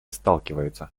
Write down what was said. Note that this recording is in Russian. сталкиваются